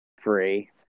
free